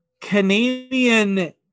Canadian